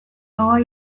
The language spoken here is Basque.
ahoa